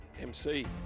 MC